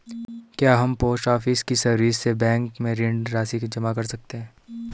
क्या हम post office की सर्विस से भी बैंक में ऋण राशि जमा कर सकते हैं?